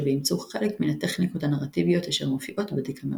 ואימצו חלק מן הטכניקות הנרטיביות אשר מופיעות בדקאמרון.